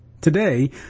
Today